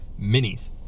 minis